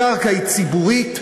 הקרקע היא ציבורית,